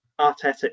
Arteta